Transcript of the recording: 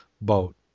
boat